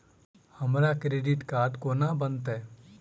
हमरा credit card कोना बनतै?